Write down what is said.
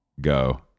Go